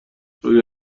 روی